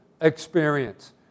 experience